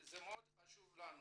חשוב לנו.